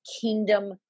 kingdom